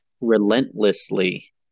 relentlessly